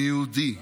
אני יהודי.